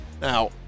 Now